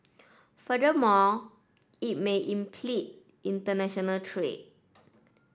furthermore it may impede international trade